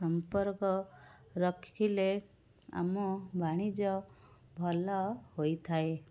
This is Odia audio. ସମ୍ପର୍କ ରଖିଲେ ଆମ ବାଣିଜ୍ୟ ଭଲ ହୋଇଥାଏ